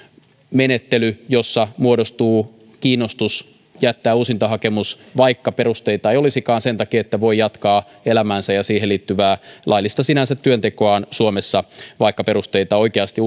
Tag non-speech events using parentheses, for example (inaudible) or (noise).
menettely jossa muodostuu kiinnostus jättää uusintahakemus vaikka perusteita ei olisikaan sen takia että voi jatkaa elämäänsä ja siihen liittyvää sinänsä laillista työntekoaan suomessa vaikka oikeasti (unintelligible)